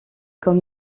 comme